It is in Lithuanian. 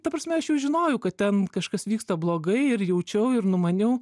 ta prasme aš jau žinojau kad ten kažkas vyksta blogai ir jaučiau ir numaniau